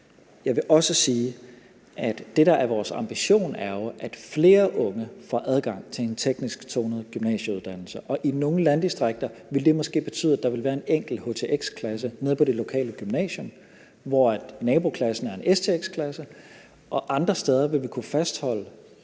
Jeg vil også sige, at det, der er vores ambition, er jo, at flere unge får adgang til en teknisk tonet gymnasieuddannelse, og i nogle landdistrikter vil det måske betyde, at der vil være en enkelt htx-klasse nede på det lokale gymnasium, hvor naboklassen er en stx-uddannelse, og andre steder vil vi kunne fastholde